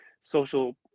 social